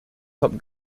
top